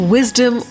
Wisdom